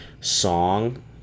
song